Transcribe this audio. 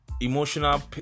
emotional